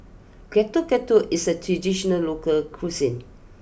Getuk Getuk is a traditional local cuisine